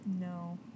No